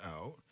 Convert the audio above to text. out